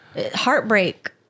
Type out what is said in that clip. Heartbreak